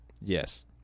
Yes